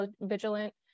vigilant